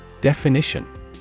Definition